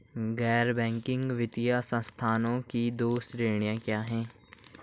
गैर बैंकिंग वित्तीय संस्थानों की दो श्रेणियाँ क्या हैं?